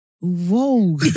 whoa